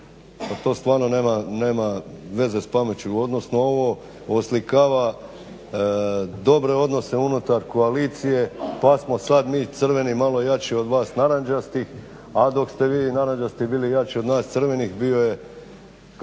to stvarno nema veze s pameću odnosno ovo oslikava dobre odnose unutar koalicije pa smo sad mi crveni malo jači od vas narančastih, a dok ste vi narančasti bili jači od nas crvenih bio je kak